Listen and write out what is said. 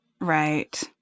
Right